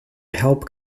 help